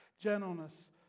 gentleness